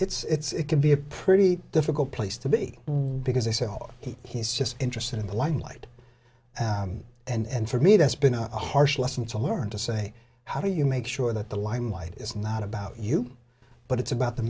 limelight it's it can be a pretty difficult place to be because they say oh he's just interested in the limelight and for me that's been a harsh lesson to learn to say how do you make sure that the limelight is not about you but it's about the